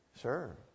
Sure